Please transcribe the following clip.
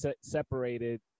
separated